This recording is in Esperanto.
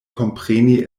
kompreni